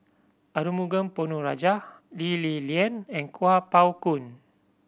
Arumugam Ponnu Rajah Lee Li Lian and Kuo Pao Kun